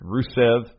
Rusev